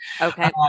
Okay